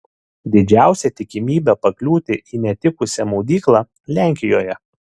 didžiausia tikimybė pakliūti į netikusią maudyklą lenkijoje